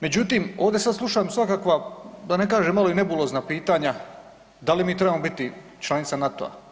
Međutim, ovdje sada slušam svakakva, da ne kažem malo i nebulozna pitanja, da li mi trebamo biti članica NATO-a.